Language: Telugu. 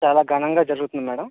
చాలా ఘనంగా జరుగుతుంది మేడమ్